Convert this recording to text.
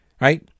right